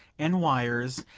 and wires,